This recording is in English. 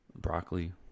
Broccoli